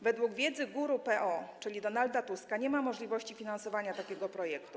Według wiedzy guru PO, czyli Donalda Tuska, nie ma możliwości finansowania takiego projektu.